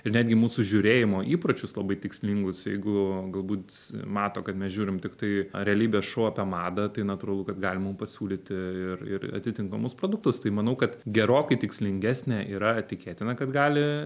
ir netgi mūsų žiūrėjimo įpročius labai tikslingus jeigu galbūt mato kad mes žiūrim tiktai realybės šuo apie madą tai natūralu kad galima pasiūlyti ir ir atitinkamus produktus tai manau kad gerokai tikslingesnė yra tikėtina kad gali